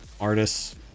artists